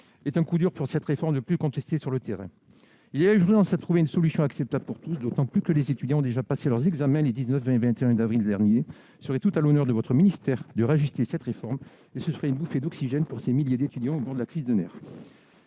est un coup dur pour cette réforme, de plus en plus contestée sur le terrain. Il y a urgence à trouver une solution acceptable pour tous, d'autant plus que les étudiants ont déjà passé leurs examens les 19, 20 et 21 avril dernier. Il serait tout à l'honneur de votre ministère de réajuster cette réforme, et ce serait une bouffée d'oxygène pour ces milliers d'étudiants au bord de la crise de nerfs.